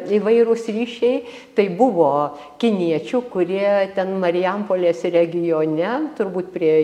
įvairūs ryšiai tai buvo kiniečių kurie ten marijampolės regione turbūt prie